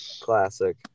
Classic